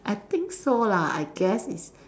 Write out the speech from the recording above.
I think so lah I guess it's